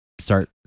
start